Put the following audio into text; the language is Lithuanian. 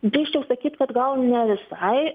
drįsčiau sakyt kad gal ne visai